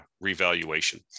revaluation